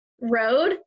road